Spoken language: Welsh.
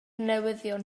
newyddion